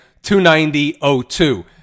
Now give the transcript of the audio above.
290.02